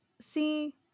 see